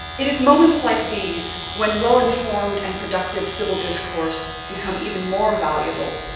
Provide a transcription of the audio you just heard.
it is moments like these when well-informed and productive civil discourse become even more valuable.